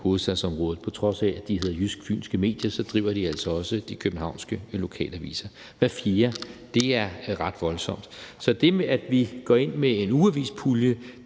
på trods af at de hedder Jysk Fynske Medier, altså også de københavnske lokalaviser – og hver fjerde er ret voldsomt. Så det, at vi her går ind med en ugeavispulje,